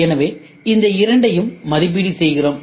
எனவே இந்த இரண்டையும் மதிப்பீடு செய்கிறோம்